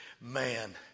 man